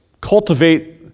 cultivate